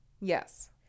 Yes